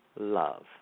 love